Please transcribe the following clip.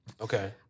Okay